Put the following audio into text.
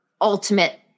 ultimate